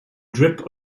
drip